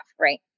Right